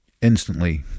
instantly